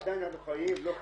עדיין חיים, לא חיים.